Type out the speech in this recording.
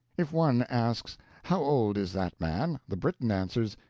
if one asks how old is that man the briton answers,